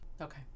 okay